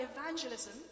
evangelism